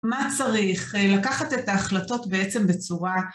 מה צריך? לקחת את ההחלטות, בעצם, בצורה...